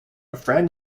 friend